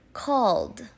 called